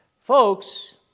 Folks